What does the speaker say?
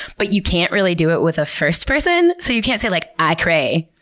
but you can't really do it with a first person. so, you can't say, like i cray.